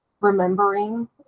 remembering